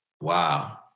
wow